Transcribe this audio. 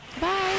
bye